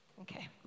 Okay